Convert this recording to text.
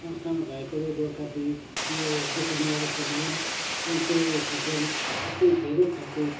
संस्थामा भएकोले गोर्खा दुई यो दुखः निवारक सम्मेलन एसोसिएसन त्यस्तै धेरै खालको